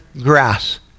grass